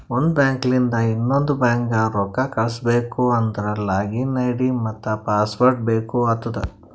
ಒಂದ್ ಬ್ಯಾಂಕ್ಲಿಂದ್ ಇನ್ನೊಂದು ಬ್ಯಾಂಕ್ಗ ರೊಕ್ಕಾ ಕಳುಸ್ಬೇಕ್ ಅಂದ್ರ ಲಾಗಿನ್ ಐ.ಡಿ ಮತ್ತ ಪಾಸ್ವರ್ಡ್ ಬೇಕ್ ಆತ್ತುದ್